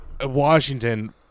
Washington